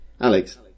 Alex